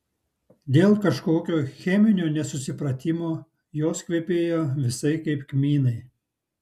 dėl kažkokio cheminio nesusipratimo jos kvepėjo visai kaip kmynai